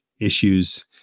issues